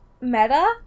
meta